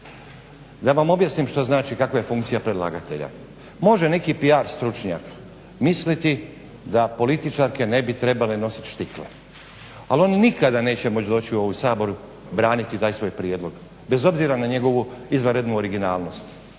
Da vam objasnim šta znači kakva je funkcija predlagatelja. Može neki PR stručnjak misliti da političarke ne bi trebale nositi štikle, ali oni neće nikada moći doći u ovaj Sabor braniti taj svoj prijedlog, bez obzira na njegovu izvanrednu originalnost.